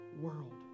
world